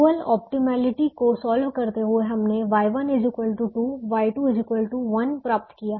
dual optimality को solve करते हुए हमने Y12 Y2 1 प्राप्त किया